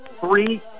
Three